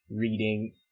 reading